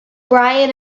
brian